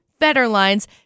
Federline's